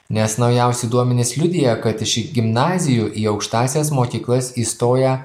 nes naujausi duomenys liudija kad iši gimnazijų į aukštąsias mokyklas įstoja